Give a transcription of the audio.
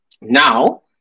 now